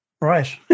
Right